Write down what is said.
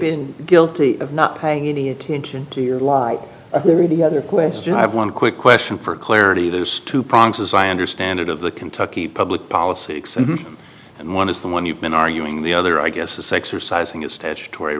been guilty of not paying any attention to or why the other question i have one quick question for clarity there's two prongs as i understand it of the kentucky public policy and one is the one you've been arguing the other i guess a sexercise in your statutory